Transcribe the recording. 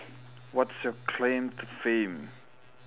what's your claimed fame